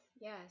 yes